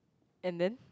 and then